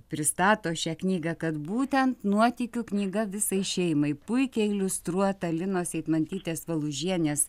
pristato šią knygą kad būtent nuotykių knyga visai šeimai puikiai iliustruota linos eitmantytės valužienės